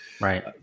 Right